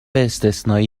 استثنایی